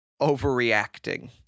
Overreacting